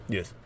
Yes